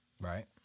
Right